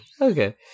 Okay